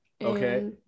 Okay